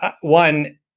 one